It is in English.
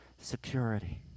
security